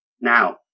now